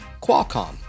Qualcomm